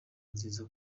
nziza